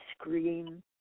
scream